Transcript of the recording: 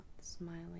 smiling